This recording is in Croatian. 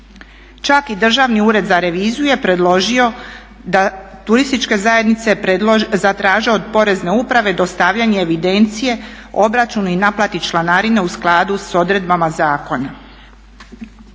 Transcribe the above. čak i Državni ured za reviziju je predložio da turističke zajednice zatraže od Porezne uprave dostavljanje evidencije o obračunu i naplati članarine u skladu s odredbama zakona.